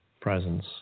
Presence